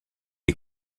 est